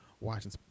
watching